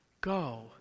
go